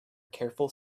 careful